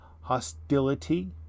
hostility